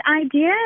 idea